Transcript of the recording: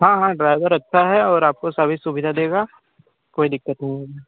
हाँ हाँ ड्राईवर अच्छा है और आपको सभी सुविधा देगा कोई दिक़्क़त नहीं होगी